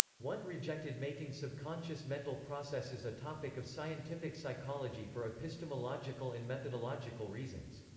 wundt rejected making subconscious mental processes a topic of scientific psychology for epistemological and methodological reasons.